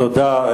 תודה.